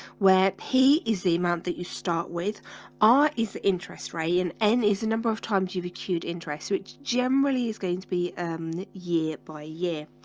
where p is the amount that you start with r is interest rayon n? is the number of times you've acute interest which generally is going to be a year by year?